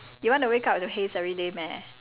you want to wake up with the haze everyday meh